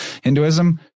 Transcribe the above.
Hinduism